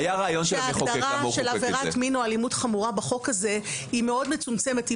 ההגדרה של עבירת מין או אלימות חמורה בחוק הזה היא מאוד מצומצמת.